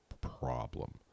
problem